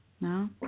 No